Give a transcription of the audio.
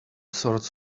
sorts